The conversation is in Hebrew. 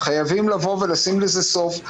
חייבים לשים לזה סוף.